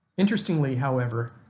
interestingly however,